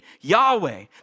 Yahweh